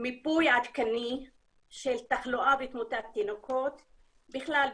מיפוי עדכני של תחלואה ותמותת תינוקות בכלל,